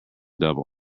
double